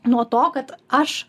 nuo to kad aš